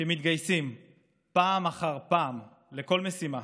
שמתגייסים פעם אחר פעם לכל משימה